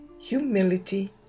humility